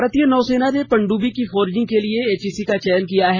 भारतीय नौसेना ने पनडुब्बी की फोर्जिंग के लिए एचईसी का चयन किया है